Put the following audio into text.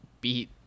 beat